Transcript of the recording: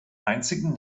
einzigen